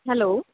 hello